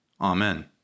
Amen